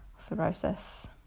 cirrhosis